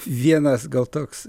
vienas gal toks